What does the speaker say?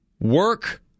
work